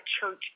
church